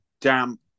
damp